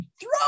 throw